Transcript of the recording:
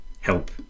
Help